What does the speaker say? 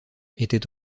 était